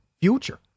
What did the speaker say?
future